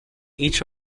each